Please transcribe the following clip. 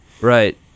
Right